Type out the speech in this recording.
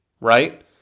right